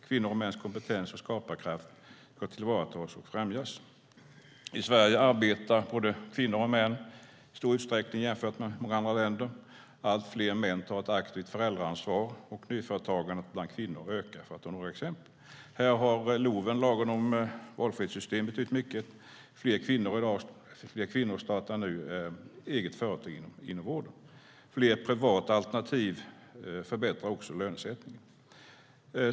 Kvinnors och mäns kompetens och skaparkraft ska tillvaratas och främjas. I Sverige arbetar både kvinnor och män i stor utsträckning jämfört med många andra länder. Allt fler män tar ett aktivt föräldraansvar. Och nyföretagandet bland kvinnor ökar. Det är några exempel. Här har LOV, lagen om valfrihetssystem, betytt mycket. Fler kvinnor startar nu egna företag inom vården. Fler privata alternativ förbättrar också lönesättningen.